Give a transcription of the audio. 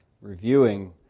reviewing